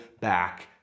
back